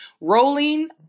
Rolling